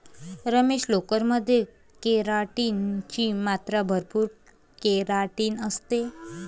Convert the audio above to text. रमेश, लोकर मध्ये केराटिन ची मात्रा भरपूर केराटिन असते